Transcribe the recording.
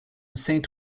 saint